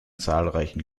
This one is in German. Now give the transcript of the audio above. zahlreichen